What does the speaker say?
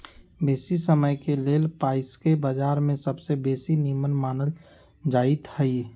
बेशी समयके लेल पइसाके बजार में सबसे बेशी निम्मन मानल जाइत हइ